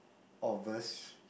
of us